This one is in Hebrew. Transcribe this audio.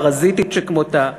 פרזיטית שכמותה.